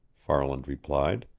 farland replied.